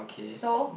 so